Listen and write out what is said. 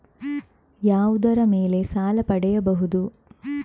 ಯಾವುದರ ಮೇಲೆ ಸಾಲ ಪಡೆಯಬಹುದು?